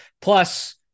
Plus